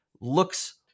looks